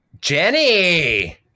Jenny